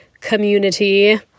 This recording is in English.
community